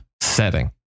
setting